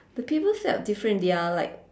the people felt different they're like